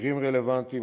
תחקירים רלוונטיים,